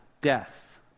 death